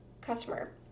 customer